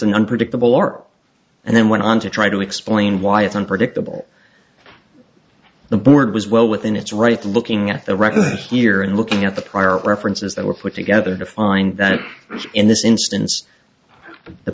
an unpredictable art and then went on to try to explain why it's unpredictable the board was well within its rights looking at the record here and looking at the prior references that were put together to find that in this in